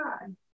God